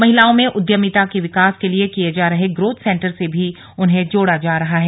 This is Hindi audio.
महिलाओं में उद्यमिता के विकास के लिए किये जा रहे ग्रोथ सेन्टर से भी उन्हें जोड़ा जा रहा है